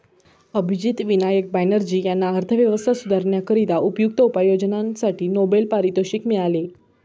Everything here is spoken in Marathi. अभिजित विनायक बॅनर्जी यांना अर्थव्यवस्था सुधारण्याकरिता उपयुक्त उपाययोजनांसाठी नोबेल पारितोषिक मिळाले